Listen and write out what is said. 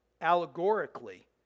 allegorically